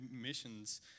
missions